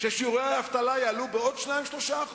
ששיעורי האבטלה יעלו בעוד 3%-2%?